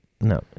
No